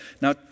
Now